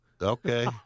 Okay